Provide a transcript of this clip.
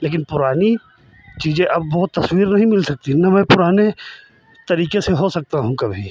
लेकिन पुरानी चीज़ें अब वो तस्वीर नहीं मिल सकती ना मैं पुराने तरीके से हो सकता हूँ कभी